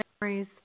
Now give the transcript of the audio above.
memories